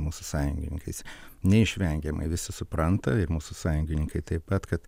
mūsų sąjungininkais neišvengiamai visi supranta ir mūsų sąjungininkai taip pat kad